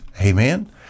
amen